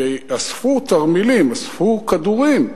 כי אספו תרמילים, אספו כדורים.